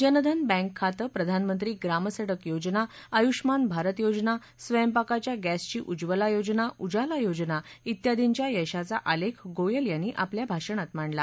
Jan Dhan bank खाते प्रधानमंत्री ग्रामसङक योजना आयुष्मान भारत योजना स्वयंपाकाच्या गॅसची उज्ज्वला योजना उजाला योजना इत्यादिंच्या यशाचा आलेख गोयल यांनी आपल्या भाषणात मांडला